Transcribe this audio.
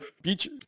beach